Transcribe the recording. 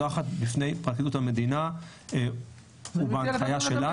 מונחת בפני פרקליטות המדינה ובהנחיה שלה.